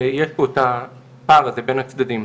בקדנציה